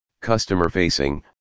customer-facing